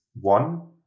One